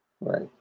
right